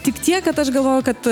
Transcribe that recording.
tik tiek kad aš galvoju kad